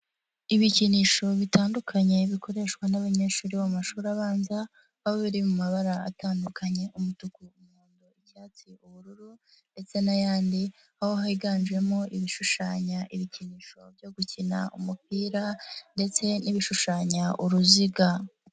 Ibikinisho bitandukanye bikoreshwa n'abanyeshuri mu mashuri abanza, aho biri mu mabara atandukanye, umutuku, umuhondo, icyatsi, ubururu ndetse n'ayandi, ho higanjemo ibishushanya, ibikinisho byo gukina umupira ndetse n'ibishushanya uruziga.